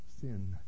sin